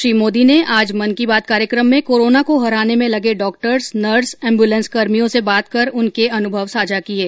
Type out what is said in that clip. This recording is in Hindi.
श्री मोदी ने आज मन की बात कार्यक्रम में कोरोना को हराने में लगे डॉक्टर्स नर्स एम्बूलेंसकर्भियों से बात कर उनके अनुभव साझा किये